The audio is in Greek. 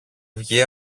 βγει